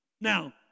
Now